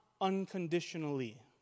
unconditionally